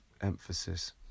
emphasis